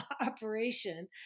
operation